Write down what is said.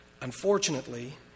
Unfortunately